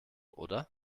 oder